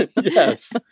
Yes